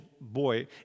boy